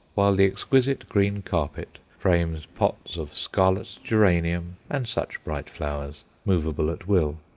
while the exquisite green carpet frames pots of scarlet geranium and such bright flowers, movable at will.